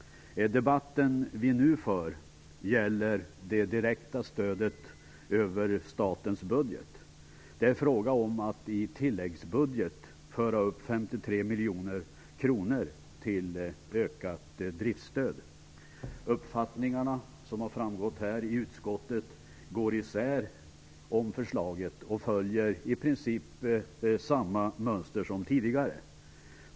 Den debatt vi nu för gäller det direkta stödet över statens budget. Det är frågan om att i tilläggsbudgeten föra upp 53 miljoner kronor till ökat driftsstöd. Uppfattningarna om förslaget i utskottet går isär, som har framgått här. De följer i princip samma mönster som tidigare.